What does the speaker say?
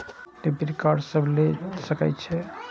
Debit card के सब ले सके छै?